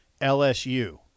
LSU